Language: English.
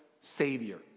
Savior